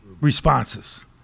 responses